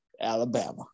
alabama